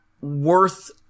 worth